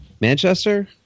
Manchester